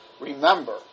Remember